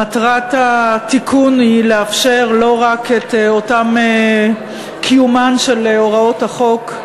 מטרת התיקון היא לאפשר לא רק את קיומן של הוראות החוק: